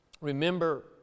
Remember